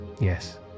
Yes